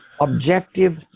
objective